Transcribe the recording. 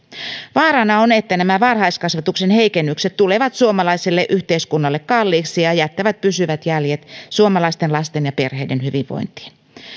vaarana on että nämä varhaiskasvatuksen heikennykset tulevat suomalaiselle yhteiskunnalle kalliiksi ja jättävät pysyvät jäljet suomalaisten lasten ja perheiden hyvinvointiin